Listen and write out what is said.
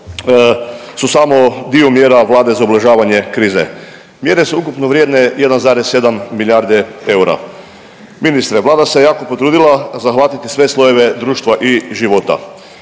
su samo dio mjera Vlade za ublažavanje krize. Mjere su ukupno vrijedne 1,7 milijardi eura. Ministre, Vlada se jako potrudila zahvatiti sve slojeve društva i života